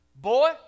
Boy